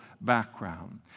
background